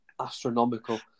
astronomical